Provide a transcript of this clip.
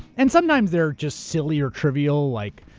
and sometimes they're just silly or trivial like,